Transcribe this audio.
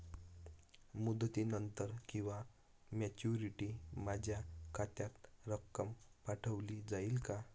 मुदतीनंतर किंवा मॅच्युरिटी माझ्या खात्यात रक्कम पाठवली जाईल का?